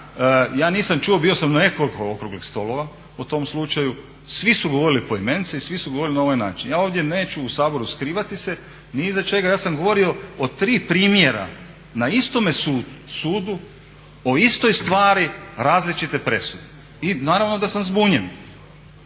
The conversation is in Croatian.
Ja nisam čuo, bio sam na nekoliko okruglih stolova o tom slučaju, svi su govorili poimence i svi su govorili na ovaj način. Ja ovdje neću u Saboru skrivati se ni iza čega, ja sam govorio o tri primjera na istome sudu, o istoj stvari različite presude i naravno da sam zbunjen.